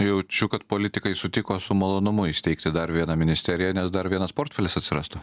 jaučiu kad politikai sutiko su malonumu įsteigti dar vieną ministeriją nes dar vienas portfelis atsirastų